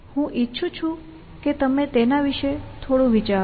હું ઇચ્છું છું કે તમે તેના વિશે થોડુંક વિચારો